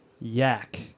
Yak